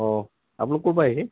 অঁ আপোনোক ক'ৰ পৰা আহিছে